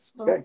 Okay